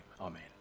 amen